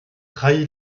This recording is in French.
trahi